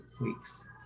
weeks